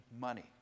money